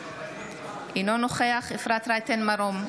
אינו נוכח אפרת רייטן מרום,